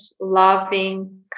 loving